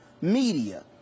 media